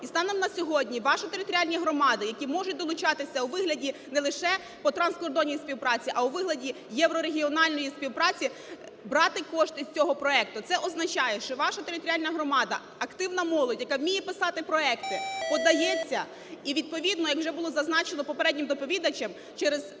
І станом на сьогодні ваші територіальні громади, які можуть долучатися у вигляді не лише по транскордонній співпраці, а у вигляді єврорегіональної співпраці, брати кошти з цього проекту. Це означає, що ваша територіальна громада, активна молодь, яка вміє писати проекти, подається і, відповідно, як вже було зазначено попереднім доповідачем, через